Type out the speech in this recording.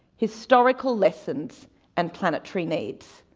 historical lessons and planetary needs.